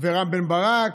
ורם בן ברק.